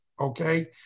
okay